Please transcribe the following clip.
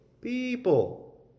people